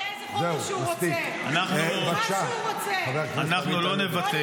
הוא יכול לגשת לאיזה